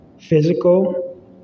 physical